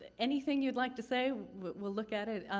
anything you'd like to say, we'll look at it,